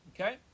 okay